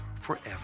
forever